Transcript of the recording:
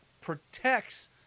protects